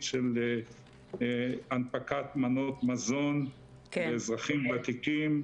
של הנפקת מנות מזון לאזרחים ותיקים,